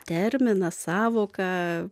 terminą sąvoką